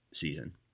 season